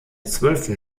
zwölften